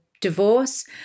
divorce